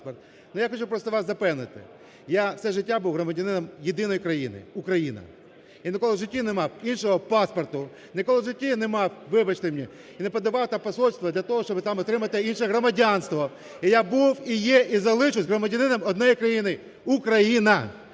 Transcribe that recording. просто вас запевнити. Я все життя був громадянином єдиної країни – Україна. Я ніколи в житті не мав іншого паспорт, ніколи в житті не мав, вибачте мені, і не подавав до посольства для того, щоб там отримати інше громадянство. Я був і є, і залишусь громадянином одної країни – Україна!